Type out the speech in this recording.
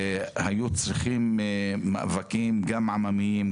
היו צריכים מאבקים גם עממיים,